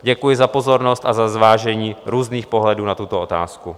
Děkuji za pozornost a za zvážení různých pohledů na tuto otázku.